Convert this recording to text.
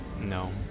No